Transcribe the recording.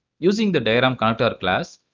using the diagram connector class,